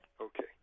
Okay